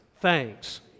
Thanks